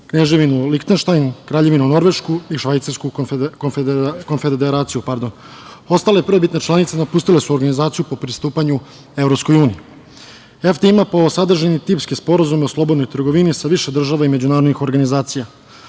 Kneževina Linhenštajn, Kraljevina Norveška i Švajcarska konfederacija. Ostale prvobitne članice napustile su organizaciju po pristupanju EU. Sporazum EFTA ima po sadržaju tipske sporazume o slobodnoj trgovini sa više država i međunarodnih organizacija.